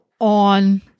on